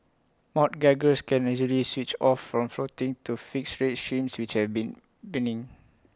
mortgagors can easily switch off from floating to fixed rate schemes which have been